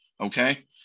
okay